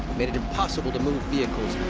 made it impossible to move vehicles